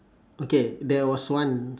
okay there was once